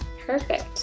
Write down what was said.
perfect